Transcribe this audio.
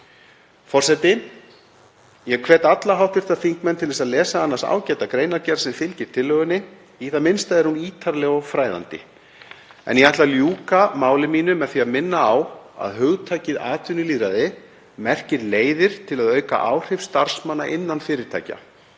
Forseti. Ég hvet alla hv. þingmenn til að lesa annars ágæta greinargerð sem fylgir tillögunni. Í það minnsta er hún ítarleg og fræðandi. Ég ætla að ljúka máli mínu með því að minna á að hugtakið atvinnulýðræði merkir leiðir til að auka áhrif starfsmanna innan fyrirtækja.